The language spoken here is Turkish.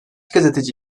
gazeteci